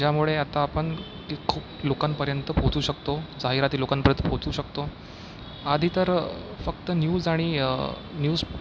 ज्यामुळे आता आपण खूप लोकांपर्यंत पोहचू शकतो जाहिराती लोकांपर्यंत पोचू शकतो आधी तर फक्त न्यूज आणि न्यूज